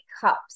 cups